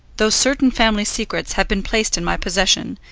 though certain family secrets have been placed in my possession,